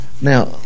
Now